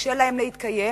קשה להן להתקיים,